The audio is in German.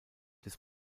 des